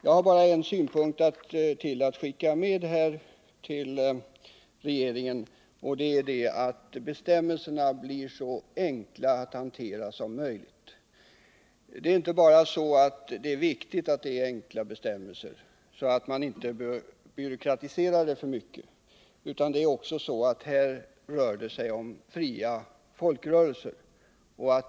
Jag har bara ytterligare en synpunkt att skicka med till regeringen, och det är att bestämmelserna bör bli så enkla att hantera som möjligt. Det är viktigt att de är enkla, inte bara därför att man inte skall kunna byråkratisera för mycket, utan också därför att det här rör sig om fria folkrörelser.